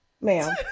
ma'am